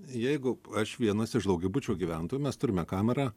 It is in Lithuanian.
jeigu aš vienas iš daugiabučio gyventojų mes turime kamerą